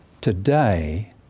today